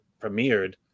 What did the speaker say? premiered